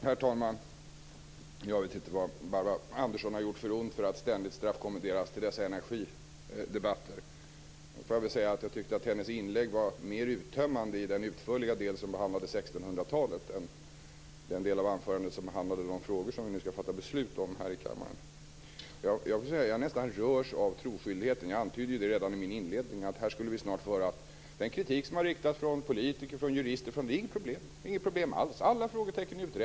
Herr talman! Jag vet inte vad Barbro Andersson har gjort för ont för att ständigt straffkommenderas till dessa energidebatter. Jag tyckte att hennes inlägg var mer uttömmande i den utförliga del som handlade om 1600-talet än den del som handlade om de frågor som vi skall fatta beslut om här i kammaren. Jag nästan rörs av troskyldigheten. Jag antydde redan i min inledning att vi snart skulle få höra att det när det gäller den kritik som har riktats från politiker och jurister inte är några problem. Det är inget problem alls, alla frågetecken är uträtade.